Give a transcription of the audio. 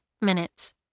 minutes